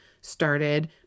started